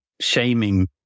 shaming